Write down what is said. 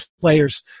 players